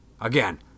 Again